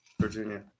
Virginia